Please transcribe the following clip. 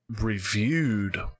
reviewed